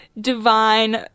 divine